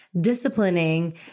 disciplining